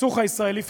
הסכסוך הישראלי ערבי.